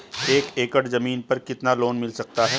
एक एकड़ जमीन पर कितना लोन मिल सकता है?